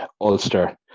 Ulster